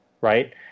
right